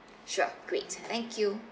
sure great thank you